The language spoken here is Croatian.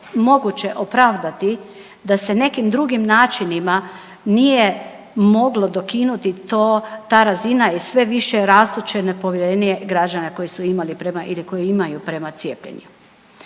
moguće opravdati da se nekim drugim načinima nije moglo dokinuti ta razina i sve više rastuće nepovjerenje građana koje su imali prema ili koje imaju prema cijepljenju.